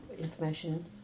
information